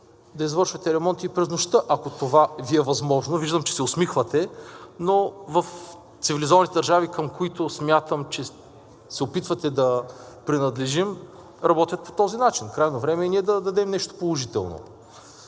да извършвате ремонти през нощта, ако това Ви е възможно. Виждам, че се усмихвате, но в цивилизованите държави, към които смятам, че се опитвате да принадлежим, работят по този начин. Крайно време е ние да дадем нещо положително.